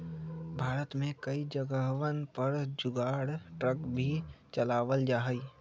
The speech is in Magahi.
भारत में कई जगहवन पर जुगाड़ ट्रक भी चलावल जाहई